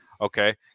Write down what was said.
Okay